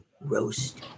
roast